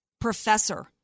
professor